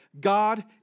God